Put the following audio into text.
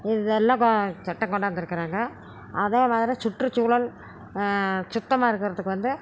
இதெல்லாம் கோ சட்டம் கொண்டாந்திருக்குறாங்க அதே மாதிரி சுற்றுச்சூழல் சுத்தமாக இருக்கிறதுக்கு வந்து